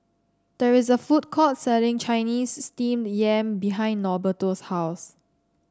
there is a food courts selling Chinese Steamed Yam behind Norberto's house